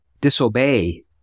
disobey